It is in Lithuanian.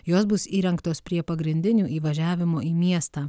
jos bus įrengtos prie pagrindinių įvažiavimo į miestą